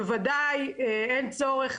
בוודאי אין צורך,